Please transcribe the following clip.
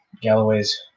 Galloway's